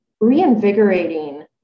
reinvigorating